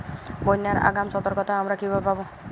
বন্যার আগাম সতর্কতা আমরা কিভাবে পাবো?